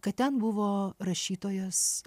kad ten buvo rašytojas